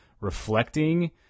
reflecting